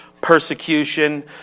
persecution